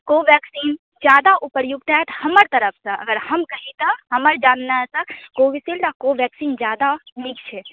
Covaxin जादा उपर्युक्त होयत हमर तरफ सऽ अगर हम कही तऽ हमर जाननाइ सॅं कोविड शील्ड आ कोवेक्सीन जादा नीक छय